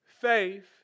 Faith